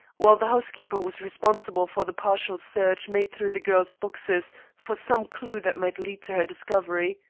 while the housekeeper was responsible for the partial search made through the girl's boxes for some clue that might lead to her discovery.